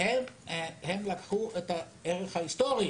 הם לקחו את הערך ההיסטורי